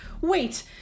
Wait